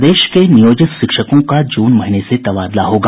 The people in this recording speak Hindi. प्रदेश के नियोजित शिक्षकों का जून महीने से तबादला होगा